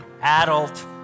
adult